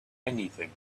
anything